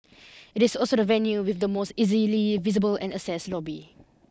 it is also the venue with the most easily visible and accessed lobby